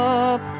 up